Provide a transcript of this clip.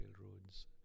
railroads